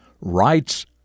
rights